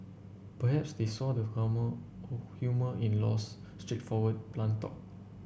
perhaps they saw the humour in Low's straightforward blunt talk